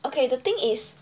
okay the thing is